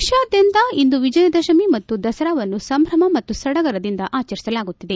ದೇಶಾದ್ಯಂತ ಇಂದು ವಿಜಯದಶಮಿ ಮತ್ತು ದಸರಾವನ್ನು ಸಂಭ್ರಮ ಮತ್ತು ಸಡಗರದಿಂದ ಆಚರಿಸಲಾಗುತ್ತಿದೆ